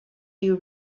you